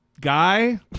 guy